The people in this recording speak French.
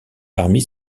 parmi